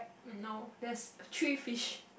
no there's three fish